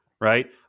right